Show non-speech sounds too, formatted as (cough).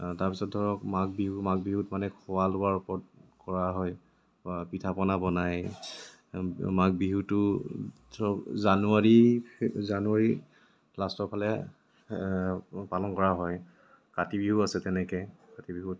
তাৰপিছত ধৰক মাঘ বিহু মাঘ বিহুত মানে খোৱা লোৱাৰ ওপৰত কৰা হয় বা পিঠাপনা বনাই (unintelligible) মাঘ বিহুটো ধৰক জানুৱাৰীৰ জানুৱাৰী লাষ্টৰফালে পালন কৰা হয় কাতি বিহু আছে তেনেকৈ কাতি বিহুত